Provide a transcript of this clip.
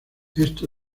esto